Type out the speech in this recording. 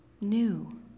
new